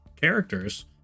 characters